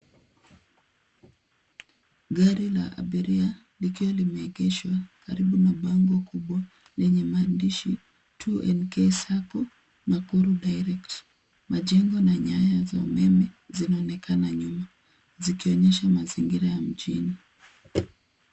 Gari la abiria likiwa limeegeshwa karibu na bango kubwa lenye maandihi 2NK SACCO, NAKURU DIRECT . Kuna nyaya za umeme zinaonekana nyuma zikionyesha mazingira ya mjini.